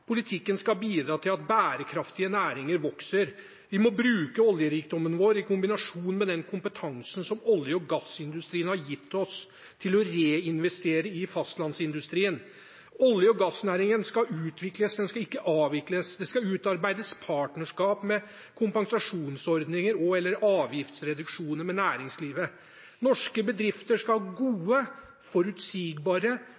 Politikken skal bidra til at bærekraftige næringer vokser. Vi må bruke oljerikdommen vår i kombinasjon med den kompetansen som olje- og gassindustrien har gitt oss, til å reinvestere i fastlandsindustrien. Olje- og gassnæringen skal utvikles, ikke avvikles. Det skal utarbeides partnerskap med kompensasjonsordninger og/eller avgiftsreduksjoner med næringslivet. Norske bedrifter skal